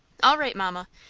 all right, mamma,